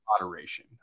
moderation